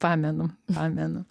pamenu pamenu